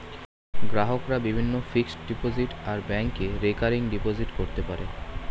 গ্রাহকরা বিভিন্ন fixed deposit আর ব্যাংকে রেকারিং ডিপোজিট করতে পারে